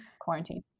quarantine